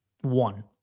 One